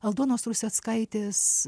aldonos ruseckaitės